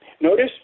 Notice